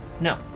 No